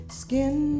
skin